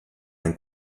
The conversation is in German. ein